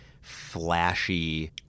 flashy